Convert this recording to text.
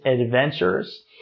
Adventures